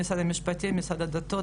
ממשרד המשפטים וממשרד הדתות,